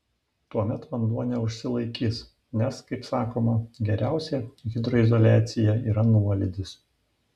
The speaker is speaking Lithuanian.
tuomet vanduo neužsilaikys nes kaip sakoma geriausia hidroizoliacija yra nuolydis